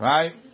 Right